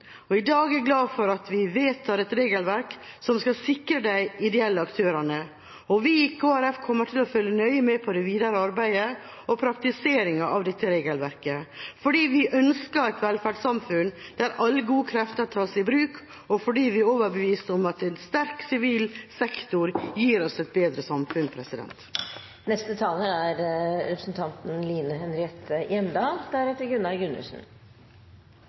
mot. I dag er jeg glad for at vi vedtar et regelverk som skal sikre de ideelle aktørene, og vi i Kristelig Folkeparti kommer til å følge nøye med på det videre arbeidet og praktiseringen av dette regelverket, fordi vi ønsker et velferdssamfunn der alle gode krefter tas i bruk, og fordi vi er overbevist om at en sterk sivil sektor gir oss et bedre samfunn. I dag er